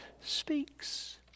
speaks